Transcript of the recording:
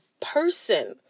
person